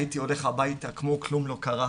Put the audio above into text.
הייתי הולך הביתה כאילו כלום לא קרה.